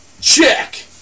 Check